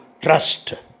Trust